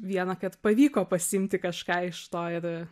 vieną kart pavyko pasiimti kažką iš to ir